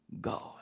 God